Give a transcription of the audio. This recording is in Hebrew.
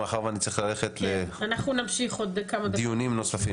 מאחר ואני צריך ללכת לעוד שלושה דיונים נוספים,